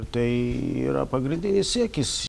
tai yra pagrindinis siekis